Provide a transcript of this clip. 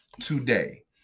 today